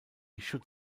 should